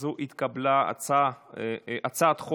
תהיה הצבעה אלקטרונית.